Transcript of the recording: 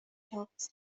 talks